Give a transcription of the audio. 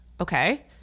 okay